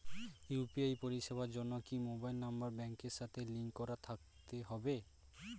UPI পরিষেবার জন্য কি মোবাইল নাম্বার ব্যাংকের সাথে লিংক করা থাকতে হবে?